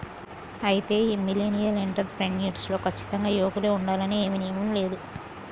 అయితే ఈ millennial entrepreneur లో కచ్చితంగా యువకులే ఉండాలని ఏమీ నియమం లేదు